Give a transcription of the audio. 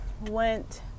went